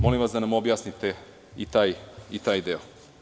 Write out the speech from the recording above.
Molim vas da nam objasnite i taj deo.